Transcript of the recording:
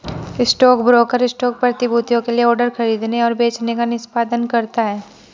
stockbroker stock प्रतिभूतियों के लिए ऑर्डर खरीदने और बेचने का निष्पादन करता है